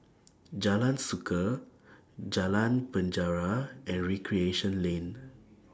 Jalan Suka Jalan Penjara and Recreation Lane